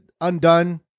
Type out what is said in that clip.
Undone